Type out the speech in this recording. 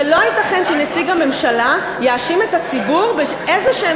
ולא ייתכן שנציג הממשלה יאשים את הציבור באיזשהם